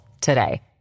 today